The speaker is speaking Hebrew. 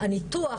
הניתוח,